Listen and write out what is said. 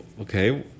okay